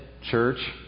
church